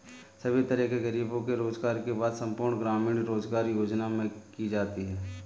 सभी तरह के गरीबों के रोजगार की बात संपूर्ण ग्रामीण रोजगार योजना में की जाती है